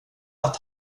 att